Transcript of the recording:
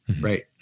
Right